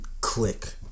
click